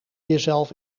jezelf